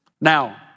Now